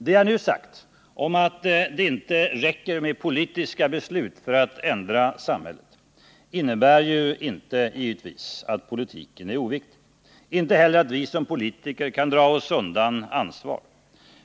Det jag nu sagt om att det inte räcker med politiska beslut för att ändra samhället innebär givetvis inte att politiken blir oviktig, inte heller att vi som politiker kan dra oss undan ansvar.